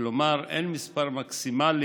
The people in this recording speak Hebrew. כלומר אין מספר מקסימלי